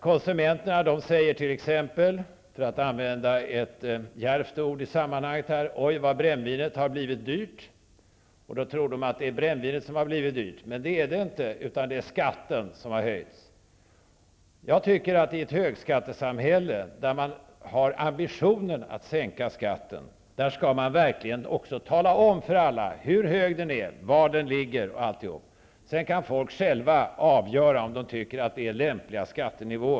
Konsumenterna säger t.ex., för att här använda ett djärvt ord i sammanhanget: Oj, vad brännvinet har blivit dyrt! -- Och då tror de verkligen att brännvinet har blivit dyrt, men så är det inte, utan det är skatten som har höjts. Jag tycker att i ett högskattesamhälle där man har ambitionen att sänka skatten skall man verkligen också tala om för alla hur hög den är, var den ligger osv. Sedan kan folk själva avgöra om man skall tycka att skattenivåerna är lämpliga.